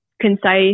concise